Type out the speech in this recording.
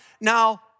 now